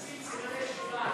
שים סימני שאלה על משהו.